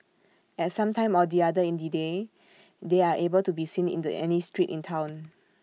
at some time or the other in the day they are able to be seen in the any street in Town